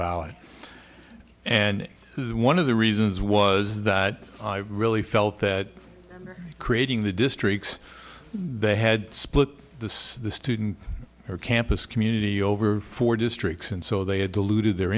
ballot and one of the reasons was that i really felt that creating the districts they had split the student or campus community over for districts and so they had diluted their